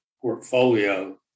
portfolio